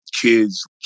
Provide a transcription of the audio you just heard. kids